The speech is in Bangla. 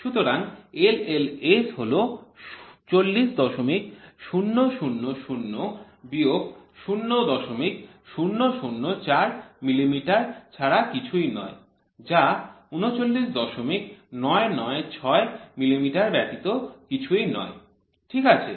সুতরাং LLS হল ৪০০০০ বিয়োগ ০০০৪ মিলিমিটার ছাড়া কিছুই নয় যা ৩৯৯৯৬ মিলিমিটার ব্যতীত কিছুই নয় ঠিক আছে